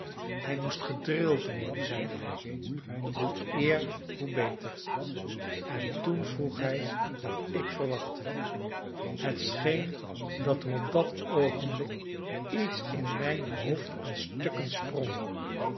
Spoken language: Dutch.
hij moest gedrild worden zeide hij hoe eer hoe beter en toen vroeg hij wat ik verwachtte het scheen dat er op dat oogenblik iets in mijn hoofd aan stukken sprong